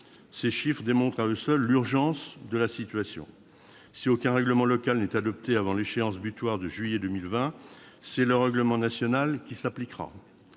Ces chiffres montrent à eux seuls l'urgence de la situation. Si aucun règlement local n'est adopté avant la date butoir de juillet 2020, c'est le règlement national qui s'appliquera.